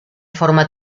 forma